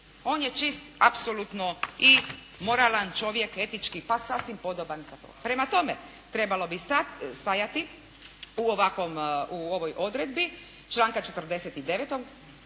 on je čist apsolutno i moralan čovjek etički, pa sasvim podoban za to. Prema tome, trebalo bi stajati u ovoj odredbi članka 49.,